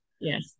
yes